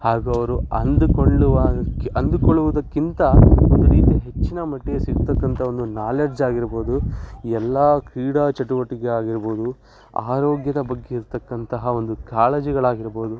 ಹಾಗೂ ಅವರು ಅಂದುಕೊಳ್ಳುವ ಕ್ಕೆ ಅಂದುಕೊಳ್ಳುವುದಕ್ಕಿಂತ ಒಂದು ರೀತಿ ಹೆಚ್ಚಿನ ಮಟ್ಟಿಗೆ ಸಿಗತಕ್ಕಂಥ ಒಂದು ನಾಲೆಜ್ ಆಗಿರ್ಬೋದು ಈ ಎಲ್ಲ ಕ್ರೀಡಾ ಚಟುವಟಿಕೆ ಆಗಿರ್ಬೋದು ಆರೋಗ್ಯದ ಬಗ್ಗೆ ಇರತಕ್ಕಂತಹ ಒಂದು ಕಾಳಜಿಗಳಾಗಿರ್ಬೋದು